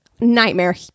nightmare